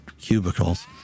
cubicles